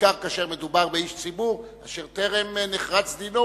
בעיקר כאשר מדובר באיש ציבור אשר טרם נחרץ דינו,